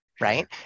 Right